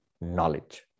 knowledge